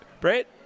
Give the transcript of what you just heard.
Brett